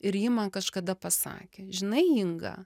ir ji man kažkada pasakė žinai inga